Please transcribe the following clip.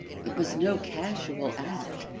it was no casual act,